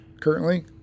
Currently